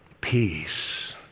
peace